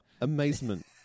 amazement